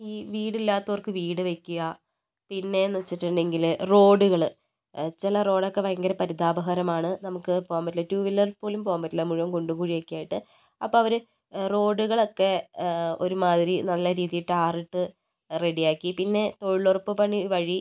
ഈ വീടില്ലാത്തവർക്ക് വീട് വയ്ക്കുക പിന്നേന്ന് വെച്ചിട്ടുണ്ടെങ്കില് റോഡുകള് ചില റോഡൊക്കെ ഭയങ്കര പരിതാപകരമാണ് നമുക്ക് പോകാൻ പറ്റില്ല ടൂവീലർ പോലും പോകാൻ പറ്റില്ല മുഴുവൻ കുണ്ടും കുഴിയും ഒക്കെ ആയിട്ട് അപ്പം അവര് റോഡുകളൊക്കെ ഒരുമാതിരി നല്ല രീതിയിൽ ടാറിട്ടു റെഡിയാക്കി പിന്നെ തൊഴിലുറപ്പ് പണി വഴി